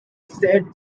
said